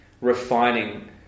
refining